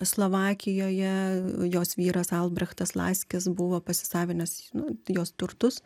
slovakijoje jos vyras albrechtas laskis buvo pasisavinęs nu jos turtus